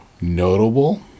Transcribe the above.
notable